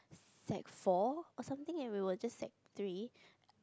sec four or something and we were just sec three